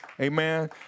Amen